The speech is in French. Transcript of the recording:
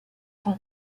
rang